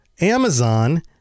Amazon